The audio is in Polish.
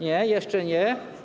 Nie, jeszcze nie.